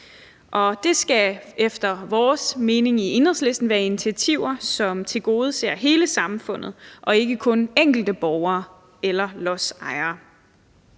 det skal efter vores mening i Enhedslisten være initiativer, som tilgodeser hele samfundet og ikke kun enkelte borgere eller lodsejere.